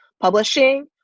publishing